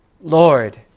Lord